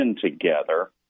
together